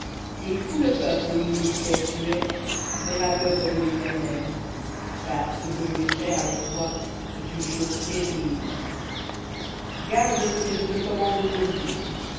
et tout le peuple au milieu duquel tu es verra l'œuvre de l'éternel car ce que je vais faire avec toi est une chose terrible garde ce que je te commande aujourd'hui